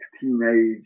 teenage